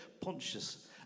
Pontius